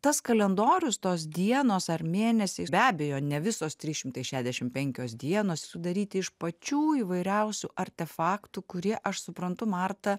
tas kalendorius tos dienos ar mėnesiai be abejo ne visos trys šimtai šešiasdešim penkios dienos sudaryti iš pačių įvairiausių artefaktų kurie aš suprantu marta